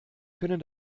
können